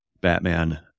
Batman